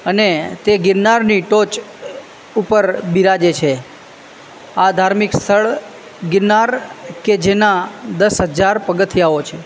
અને તે ગિરનારની ટોચ ઉપર બિરાજે છે આ ધાર્મિક સ્થળ ગિરનાર કે જેનાં દસ હજાર પગથિયાંઓ છે